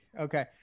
okay